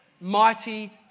Mighty